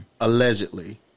allegedly